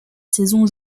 saisons